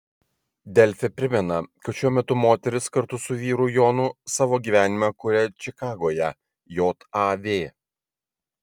delfi primena kad šiuo metu moteris kartu su vyru jonu savo gyvenimą kuria čikagoje jav